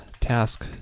task